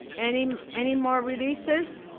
and um anymore releases?